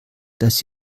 dass